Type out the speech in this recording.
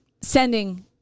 sending